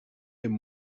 dem